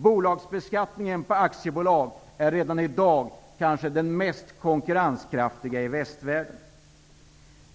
Bolagsbeskattningen på aktiebolag är redan i dag kanske den mest konkurrenskraftiga i västvärlden.